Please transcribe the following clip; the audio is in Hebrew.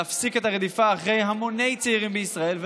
להפסיק את הרדיפה אחרי המוני צעירים בישראל,